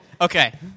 Okay